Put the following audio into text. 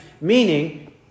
meaning